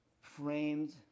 framed